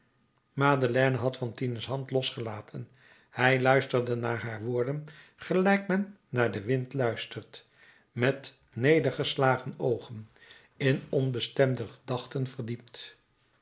madeleine had fantine's hand losgelaten hij luisterde naar haar woorden gelijk men naar den wind luistert met nedergeslagen oogen in onbestemde gedachten verdiept